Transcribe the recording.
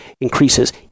increases